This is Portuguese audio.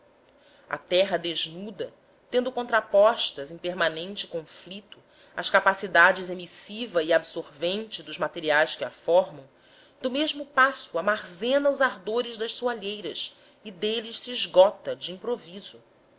a terra desnuda tendo contrapostas em permanente conflito as capacidades emissiva e absorvente dos materiais que a formam do mesmo passo armazena os ardores das soalheiras e deles se esgota de improviso